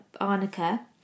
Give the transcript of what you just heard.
Arnica